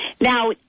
Now